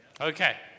Okay